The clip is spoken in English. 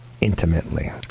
intimately